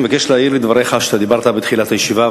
אני מבקש להעיר על דבריך בתחילת הישיבה,